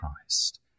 Christ